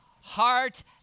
heart